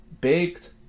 baked